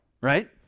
right